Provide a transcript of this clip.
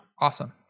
awesome